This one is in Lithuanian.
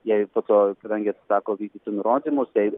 jai po to kadangi atsisako vykdyti nurodymus jai